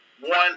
one